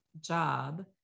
job